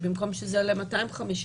שבמקום שזה יעלה 250,